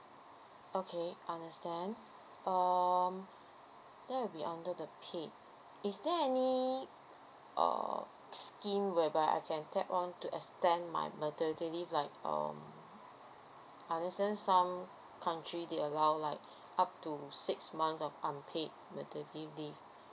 okay understand um that will under the paid is there any uh scheme whereby I can tap on to extend my maternity leave like um understand some country they allow like up to six month of unpaid maternity leave